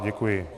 Děkuji.